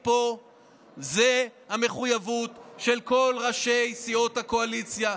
פה זו המחויבות של כל ראשי סיעות הקואליציה,